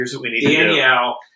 Danielle